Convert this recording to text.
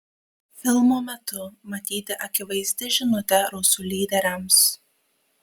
filmo metu matyti akivaizdi žinutė rusų lyderiams